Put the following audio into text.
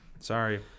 sorry